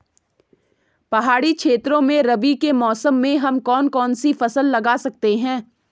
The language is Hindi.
पहाड़ी क्षेत्रों में रबी के मौसम में हम कौन कौन सी फसल लगा सकते हैं?